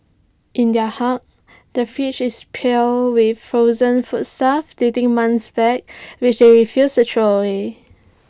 in their hut the fridge is piled with frozen foodstuff dating months back which they refuse to throw away